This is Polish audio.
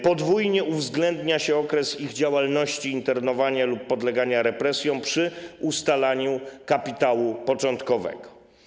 Podwójnie uwzględnia się okres ich działalności, internowania lub podlegania represjom przy ustalaniu kapitału początkowego.